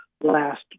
last